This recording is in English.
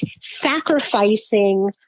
sacrificing